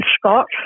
Scott